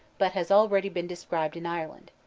but has already been described in ireland.